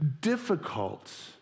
difficult